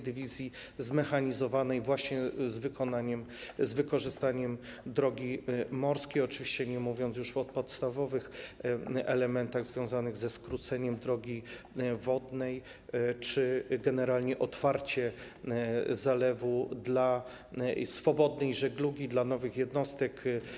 Dywizji Zmechanizowanej właśnie z wykorzystaniem drogi morskiej, oczywiście nie mówiąc już o podstawowych elementach związanych ze skróceniem drogi wodnej czy generalnie otwarciem zalewu dla swobodnej żeglugi, dla nowych jednostek.